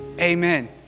Amen